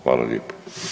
Hvala lijepo.